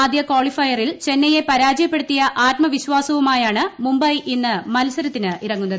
ആദ്യകാളിഫയറിൽ ചെന്നൈയെ പരാജയപ്പെടുത്തിയ ആത്മവിശ്വാസവുമായാണ് മുംബൈ ഇന്ന് മത്സരത്തിനിറങ്ങുന്നത്